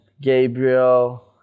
Gabriel